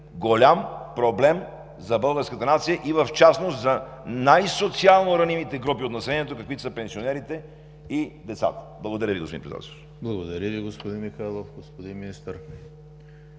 голям проблем за българската нация и в частност за най-социално ранимите групи от населението, каквито са пенсионерите и децата. Благодаря Ви, господин Председателстващ. ПРЕДСЕДАТЕЛ ЕМИЛ ХРИСТОВ: Благодаря Ви, господин Михайлов. Господин Министър?